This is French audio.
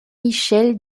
michel